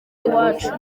iwacu